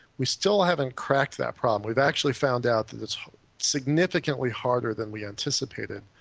we still haven't cracked that problem. we've actually found out that it's significantly harder than we anticipated.